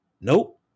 Nope